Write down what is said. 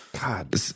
God